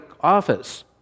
office